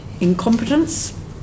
incompetence